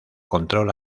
control